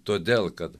todėl kad